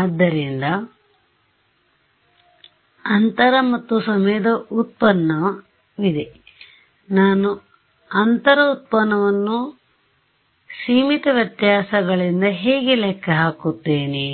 ಆದ್ದರಿಂದ ಅಂತರ ಮತ್ತು ಸಮಯದ ಉತ್ಪನ್ನವಿದೆ ನಾನು ಅಂತರ ಉತ್ಪನ್ನವನ್ನು ಸೀಮಿತ ವ್ಯತ್ಯಾಸಗಳಿಂದ ಹೇಗೆ ಲೆಕ್ಕ ಹಾಕುತ್ತೇನೆ